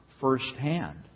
firsthand